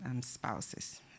spouses